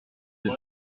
deux